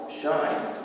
shine